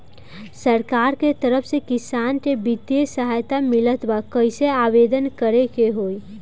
सरकार के तरफ से किसान के बितिय सहायता मिलत बा कइसे आवेदन करे के होई?